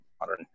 modern